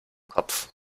kopf